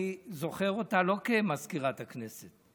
אני זוכר אותה לא כמזכירת הכנסת.